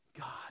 God